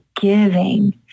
giving